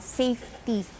safety